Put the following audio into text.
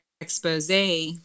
expose